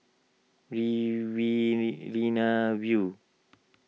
Riverina View